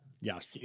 Yes